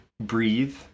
breathe